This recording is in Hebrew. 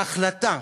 ההחלטה,